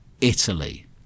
Italy